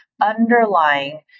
underlying